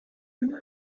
immer